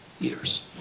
years